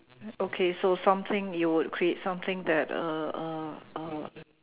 okay so something you would create something that uh uh uh